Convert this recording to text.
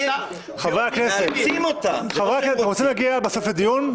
--- חברי הכנסת, אתם רוצים להגיע בסוף לדיון?